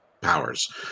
powers